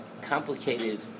complicated